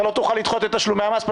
אתה לא תוכל לדחות את תשלומי המס.